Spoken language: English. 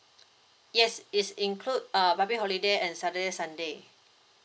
yes is include err public holiday and saturday sunday